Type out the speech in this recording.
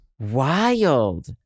Wild